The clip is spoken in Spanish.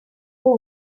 cada